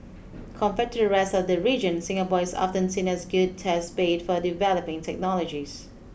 compared to the rest of the region Singapore is often seen as good test bede for developing technologies